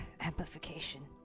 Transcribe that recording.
Amplification